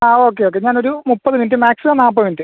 ആ okay okay ഞാനൊരു മുപ്പത് മിനിറ്റ് മാക്സിമം നാൽപ്പത് മിനിറ്റ്